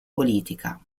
politica